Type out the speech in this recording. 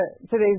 today's